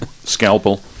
Scalpel